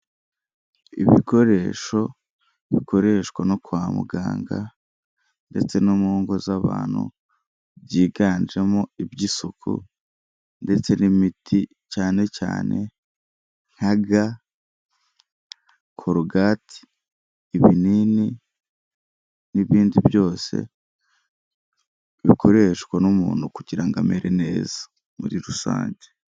Ibikoresho bikoreshwa no kwa muganga ndetse no mu ngo z'abantu byiganjemo iby'isuku ndetse n'imiti cyane cyane nka ga, cologate, ibinini n'ibindi byose bikoreshwa n'umuntu kugira amere neza muri rusange.